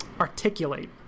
articulate